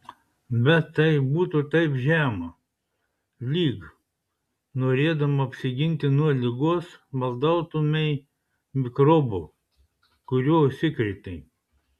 bet tai būtų taip žema lyg norėdama apsiginti nuo ligos maldautumei mikrobo kuriuo užsikrėtei